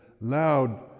loud